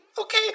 okay